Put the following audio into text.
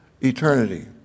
eternity